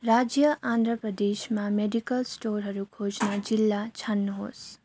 राज्य आन्ध्र प्रदेशमा मेडिकल स्टोरहरू खोज्न जिल्ला छान्नुहोस्